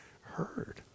heard